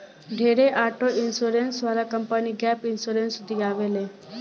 ढेरे auto insurance वाला company gap insurance दियावे ले